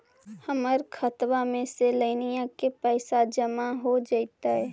हमर खातबा में से लोनिया के पैसा जामा हो जैतय?